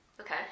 Okay